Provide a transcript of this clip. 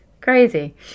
Crazy